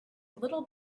little